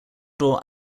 door